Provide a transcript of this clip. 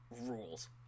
rules